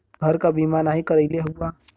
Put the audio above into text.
घर क बीमा नाही करइले हउवा